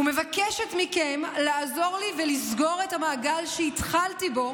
ומבקשת מכם לעזור לי לסגור את המעגל שהתחלתי בו